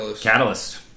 Catalyst